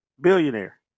billionaire